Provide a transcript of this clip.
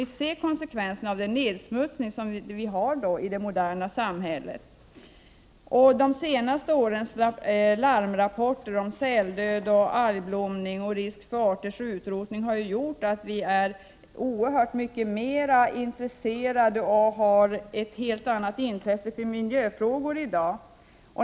1988/89:21 nedsmutsning som vi har i det moderna samhället. De senaste årens 10 november 1988 larmrapporter om säldöd, algblomning och risk för arters utrotning har gjort. = att vi i dag är oerhört mycket mer intresserade av miljöfrågorna.